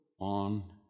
On